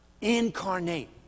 Incarnate